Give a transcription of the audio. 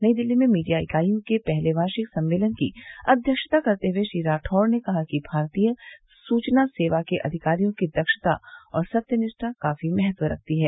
नई दिल्ली में मीडिया इकाइयों के पहले वार्षिक सम्मेलन की अध्यक्षता करते हुए श्री राठौड़ ने कहा कि भारतीय सूचना सेवा के अधिकारियों की दक्षता और सत्यनिष्ठा काफी महत्व रखती हैं